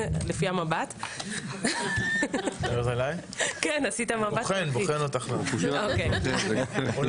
המגבלת הריכוז באיחוד האירופי זה רק למוצרים שיוצאים איתם